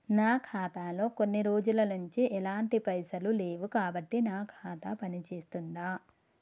నా ఖాతా లో కొన్ని రోజుల నుంచి ఎలాంటి పైసలు లేవు కాబట్టి నా ఖాతా పని చేస్తుందా?